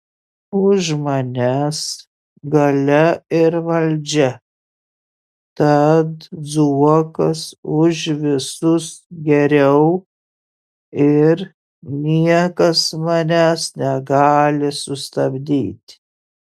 už manęs galia ir valdžia tad zuokas už visus geriau ir niekas manęs negali sustabdyti